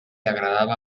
agradava